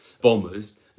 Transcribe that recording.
bombers